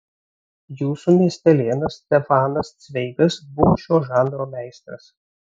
jūsų miestelėnas stefanas cveigas buvo šio žanro meistras